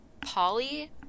Polly